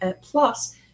plus